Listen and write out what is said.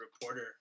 reporter